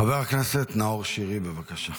חבר הכנסת נאור שירי, בבקשה.